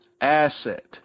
asset